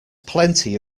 plenty